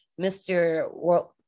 Mr